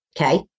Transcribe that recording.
okay